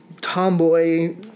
tomboy